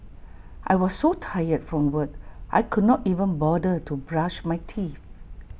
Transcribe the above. I was so tired from work I could not even bother to brush my teeth